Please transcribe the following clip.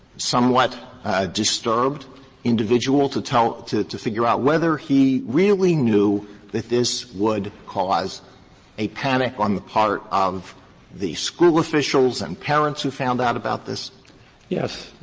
somewhat disturbed individual to tell to to figure out whether he really knew that this would cause a panic on the part of the school officials and parents who found out about this? elwood yes.